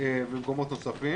ובמקומות נוספים.